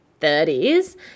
30s